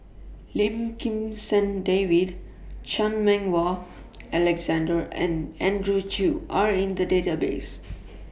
Lim Kim San David Chan Meng Wah Alexander and Andrew Chew Are in The Database